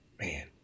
Man